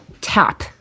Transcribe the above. Tap